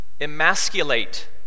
emasculate